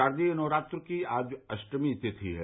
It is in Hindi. शारदीय नवरात्र की आज अष्टमी तिथि है